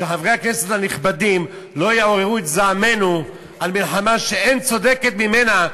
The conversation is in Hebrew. שחברי הכנסת הנכבדים לא יעוררו את זעמנו על מלחמה שאין צודקת ממנה,